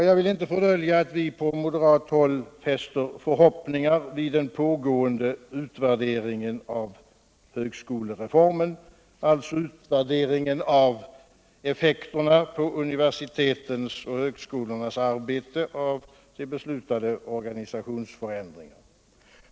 Jag vill inte fördölja att vi på moderat håll fäster förhoppningar vid den pågående utvärderingen av högskolereformen, dvs. utvärderingen av effek terna på universitetens och högskolornas arbete av beslutade organisationsförändringar.